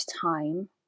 time